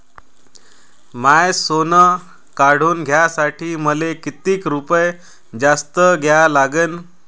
माय सोनं काढून घ्यासाठी मले कितीक रुपये जास्त द्या लागन?